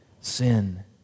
sin